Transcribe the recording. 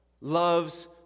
loves